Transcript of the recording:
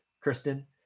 Kristen